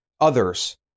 others